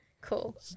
cool